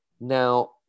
Now